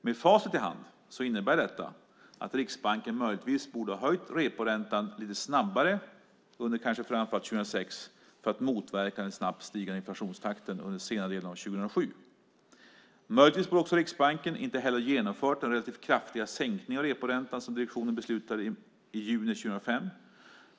Med facit i hand innebär detta att Riksbanken möjligtvis borde ha höjt reporäntan lite snabbare under kanske framför allt 2006 för att motverka den snabbt stigande inflationstakten under senare delen av 2007. Möjligtvis borde Riksbanken inte ha genomfört de relativt kraftiga sänkningar av reporäntan som direktionen beslutade i juni 2005.